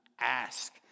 ask